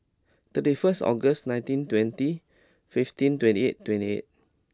thirty first August nineteen twenty fifteen twenty eight twenty eight